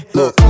Look